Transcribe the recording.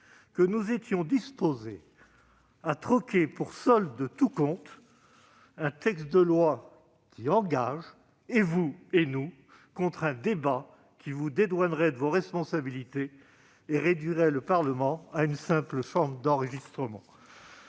que nous étions disposés à troquer, pour solde de tout compte, un texte de loi qui nous engagerait, vous comme nous, contre un débat qui vous dédouanerait de vos responsabilités et réduirait le travail du Parlement à une simple forme d'enregistrement.